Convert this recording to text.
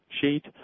sheet